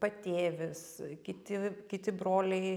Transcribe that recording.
patėvis kiti kiti broliai